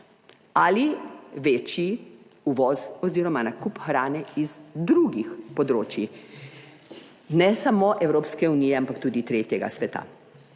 ali večji uvoz oz. nakup hrane iz drugih področij, ne samo Evropske unije, ampak tudi tretjega sveta.